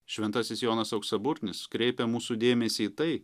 šventasis jonas auksaburnis kreipia mūsų dėmesį į tai